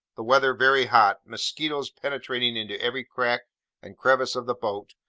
the weather very hot, mosquitoes penetrating into every crack and crevice of the boat,